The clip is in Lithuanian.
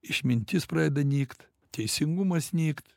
išmintis pradeda nykt teisingumas nykt